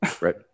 Right